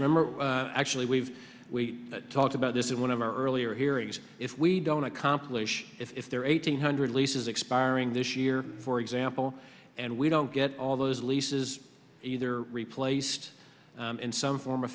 remember actually we've talked about this is one of our earlier hearings if we don't accomplish if there are eight hundred leases expiring this year for example and we don't get all those leases either replaced in some form or